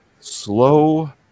slow